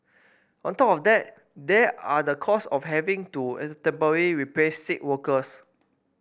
on top of that there are the cost of having to replace sick workers